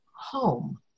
home